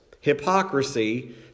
Hypocrisy